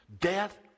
Death